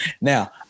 Now